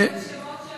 אתה רוצה את השמות?